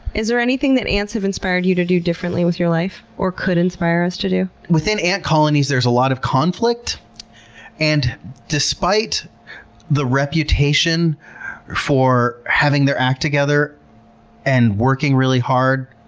is there anything that ants have inspired you to do differently with your life or could inspire us to do? within ant colonies there's a lot of conflict and despite the reputation for having their act together and working really hard,